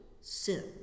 sin